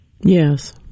Yes